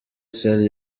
sarr